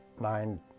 nine